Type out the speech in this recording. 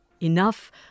enough